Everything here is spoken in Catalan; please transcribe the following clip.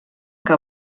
que